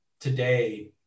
today